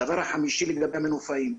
הדבר החמישי לגבי המנופאים.